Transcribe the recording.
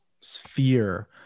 sphere